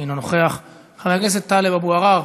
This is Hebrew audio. אינו נוכח, חבר הכנסת טלב אבו עראר,